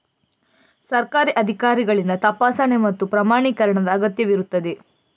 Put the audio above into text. ಸರ್ಕಾರಿ ಅಧಿಕಾರಿಗಳಿಂದ ತಪಾಸಣೆ ಮತ್ತು ಪ್ರಮಾಣೀಕರಣದ ಅಗತ್ಯವಿರುತ್ತದೆ